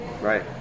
Right